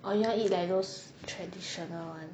or you want to eat like those traditional one